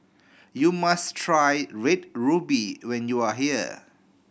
you must try Red Ruby when you are here